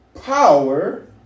power